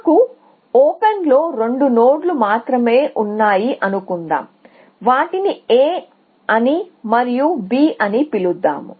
నాకు ఓపెన్లో రెండు నోడ్లు మాత్రమే ఉన్నాయి అనుకుందాం వాటిని A అని మరియు B అని పిలుద్దాం